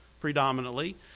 predominantly